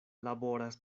laboras